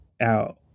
out